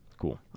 Cool